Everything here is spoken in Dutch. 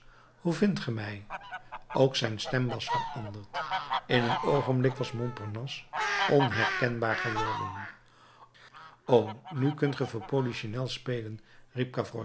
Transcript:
hoe vindt ge mij ook zijn stem was veranderd in een oogenblik was montparnasse onkenbaar geworden o nu kunt ge voor polichinel spelen